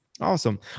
Awesome